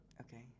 Okay